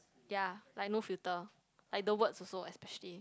ya like no filter like the words also especially